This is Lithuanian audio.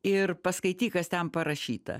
ir paskaityk kas ten parašyta